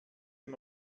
dem